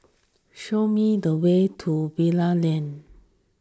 show me the way to Bali Lane